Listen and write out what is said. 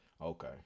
Okay